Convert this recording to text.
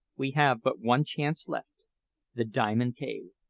we have but one chance left the diamond cave.